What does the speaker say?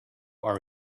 are